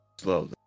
slowly